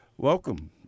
Welcome